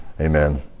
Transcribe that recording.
Amen